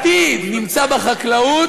שהעתיד נמצא בחקלאות,